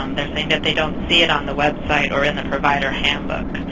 um they're saying that they don't see it on the website or in the provider handbook.